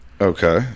Okay